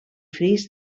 fris